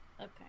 Okay